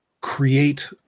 create